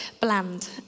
bland